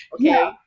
Okay